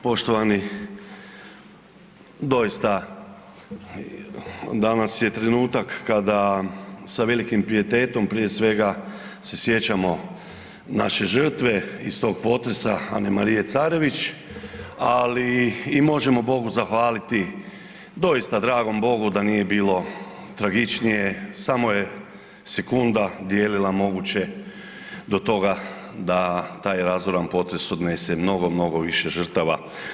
Doista danas je trenutak kada sa velikim pijetetom prije svega se sjećamo naše žrtve iz tog potresa Anemarije Carević, ali i možemo Bogu zahvaliti, doista dragom Bogu da nije bilo tragičnije, samo je sekunda dijelila moguće do toga da taj razoran potres odnese mnogo, mnogo više žrtava.